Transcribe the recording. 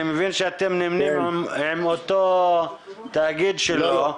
אני מבין שאתם נמנים עם אותו תאגיד שלו.